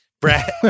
Brad